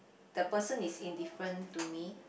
the person is indifferent to me